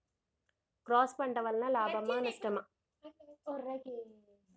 Cross పంట వలన లాభమా నష్టమా?